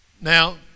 Now